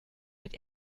mit